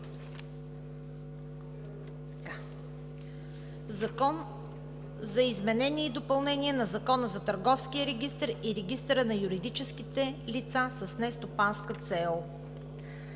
Закон за изменение и допълнение на Закона за търговския регистър и регистъра на юридическите лица с нестопанска цел.